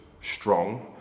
strong